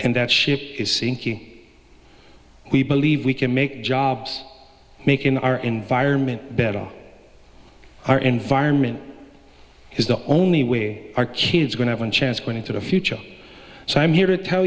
and that ship is sinking we believe we can make jobs make in our environment better our environment is the only way our kids are going to have a chance going into the future so i'm here to tell